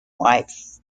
wife